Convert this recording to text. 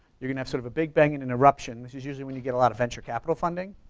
you're gonna have sort of a big bang and an eruption, this is usually when you get a lot of venture capital funding,